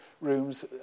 rooms